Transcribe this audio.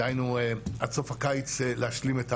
דהיינו עד סוף הקיץ להשלים את העבודה.